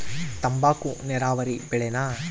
ತಂಬಾಕು ನೇರಾವರಿ ಬೆಳೆನಾ?